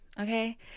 okay